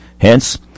Hence